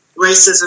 racism